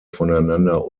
voneinander